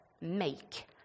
make